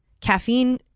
Caffeine